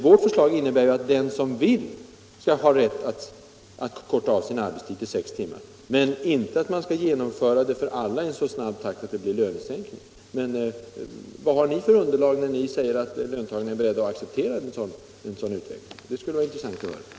Vårt förslag innebär att den som så vill skall ha rätt att korta av sin arbetstid till sex timmar, men inte att man skall genomföra det för alla i en så snabb takt att det blir en lönesänkning. Vad har ni för underlag när ni säger att löntagarna är beredda att acceptera en sådan utveckling som vpk föreslår? Det skulle vara intressant att höra.